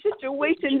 situation